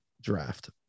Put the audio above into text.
draft